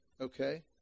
okay